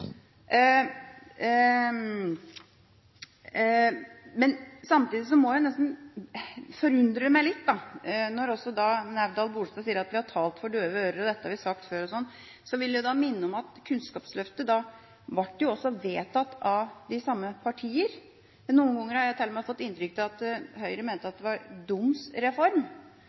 Samtidig må jeg si det forundrer meg litt når også representanten Nævdal-Bolstad sier at de har talt for døve ører og at dette har de sagt før. Jeg vil da minne om at Kunnskapsløftet også ble vedtatt av de samme partier. Noen ganger har jeg til og med fått inntrykk av at Høyre mener at det